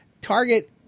Target